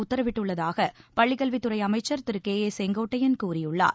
உத்தரவிட்டுள்ளதாக பள்ளிக் கல்வித்துறை அமைச்சர் திரு கே ஏ செங்கோட்டையள் கூறியுள்ளார்